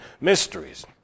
mysteries